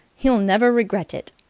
you'll never regret it!